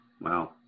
Wow